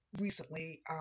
recently